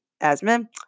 asthma